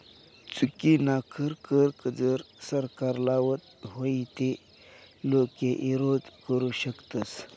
चुकीनाकर कर जर सरकार लावत व्हई ते लोके ईरोध करु शकतस